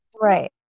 Right